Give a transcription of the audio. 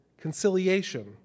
conciliation